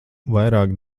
vairāk